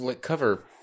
cover